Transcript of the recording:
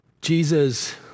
Jesus